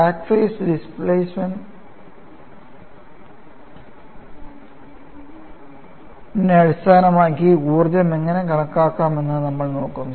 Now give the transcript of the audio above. crack face ഡിസ്പ്ലേസ്മെന്റിനെ അടിസ്ഥാനമാക്കി ഊർജ്ജം എങ്ങനെ കണക്കാക്കാമെന്ന് നമ്മൾ നോക്കും